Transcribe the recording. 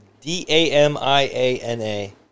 D-A-M-I-A-N-A